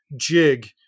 jig